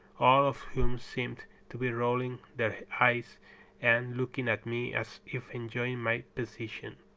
all of whom seemed to be rolling their eyes and looking at me as if enjoying my position.